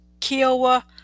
Kiowa